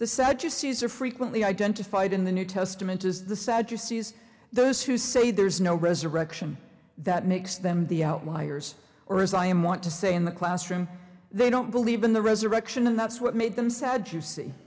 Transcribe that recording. these are frequently identified in the new testament is the sad you see is those who say there's no resurrection that makes them the outliers or as i am want to say in the classroom they don't believe in the resurrection and that's what made them sad